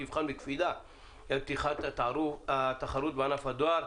ותבחן בקפידה את פתיחת התחרות בענף הדואר,